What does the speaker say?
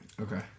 okay